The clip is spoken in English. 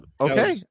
okay